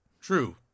True